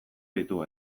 ditu